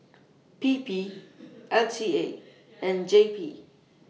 P P L T A and J P